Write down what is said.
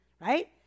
right